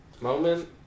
moment